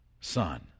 son